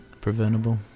preventable